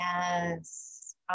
Yes